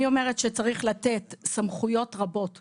אני אומרת שצריך לתת סמכויות רבות למועצה,